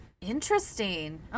Interesting